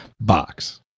box